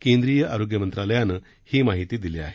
केंद्रीय आरोग्य मंत्रालयानं ही माहिती दिली आहे